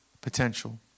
potential